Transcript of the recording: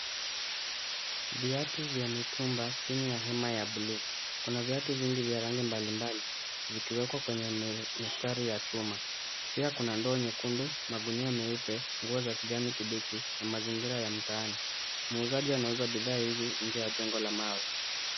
Viatu vya mitumba chini ya hema ya bluu , Kuna viatu vingi vya rangi mbali mbali vikiwekwa kwenye mistari ya chuma, pia Kuna ndoo nyekundu magunia meupe na nguo za kijani kibichi na mazingira ya mtaani , muuzaji anauza bidhaa hizi nje ya jengo la mawe .